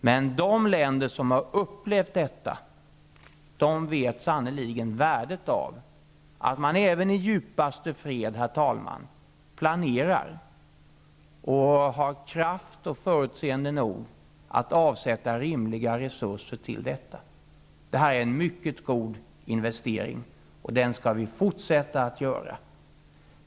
Men de länder som har upplevt krig vet sannerligen värdet av att man även i djupaste fred planerar för och har kraft och är förutseende nog att avsätta rimliga resurser till sitt försvar. Det är en mycket god investering som vi skall fortsätta att göra.